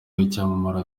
wicyamamare